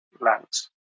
lands